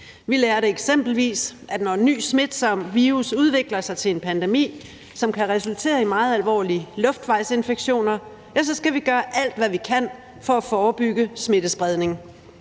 Vi lærte eksempelvis, at når en ny smitsom virus udvikler sig til en pandemi, som kan resultere i meget alvorlige luftvejsinfektioner, så skal vi gøre alt, hvad vi kan, for at forebygge smittespredning.